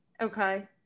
Okay